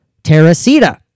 teresita